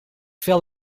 veel